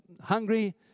hungry